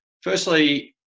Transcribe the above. Firstly